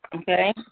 Okay